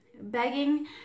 Begging